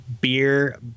beer